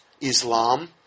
Islam